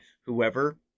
whoever